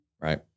right